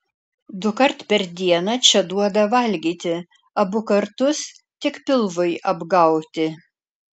dukart per dieną čia duoda valgyti abu kartus tik pilvui apgauti